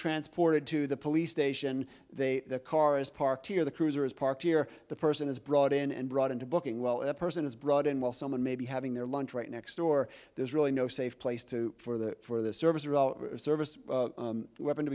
transported to the police station they car is parked here the cruiser is parked here the person is brought in and brought into booking well a person is brought in while someone may be having their lunch right next door there's really no safe place to for the for the service or service weapon to